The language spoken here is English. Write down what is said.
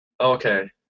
Okay